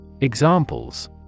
Examples